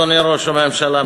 אדוני ראש הממשלה,